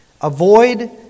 avoid